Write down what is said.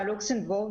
לוקסמבורג,